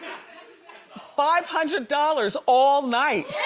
five hundred dollars, all night.